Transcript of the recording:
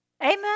Amen